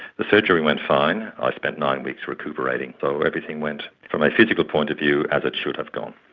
the surgery went fine. i spent nine weeks recuperating. so everything went, from a physical point of view, as it should have gone.